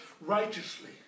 righteously